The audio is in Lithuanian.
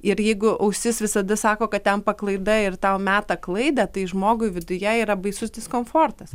ir jeigu ausis visada sako kad ten paklaida ir tau meta klaidą tai žmogui viduje yra baisus diskomfortas